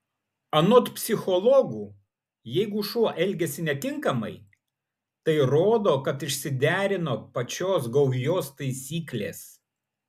anot psichologų jeigu šuo elgiasi netinkamai tai rodo kad išsiderino pačios gaujos taisyklės